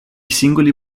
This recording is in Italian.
singoli